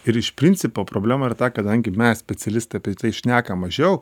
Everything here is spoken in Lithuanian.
ir iš principo problema yra ta kadangi mes specialistai apie tai šnekam mažiau